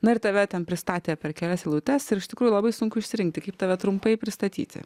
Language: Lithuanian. na ir tave ten pristatė per kelias eilutes ir iš tikrųjų labai sunku išsirinkti kaip tave trumpai pristatyti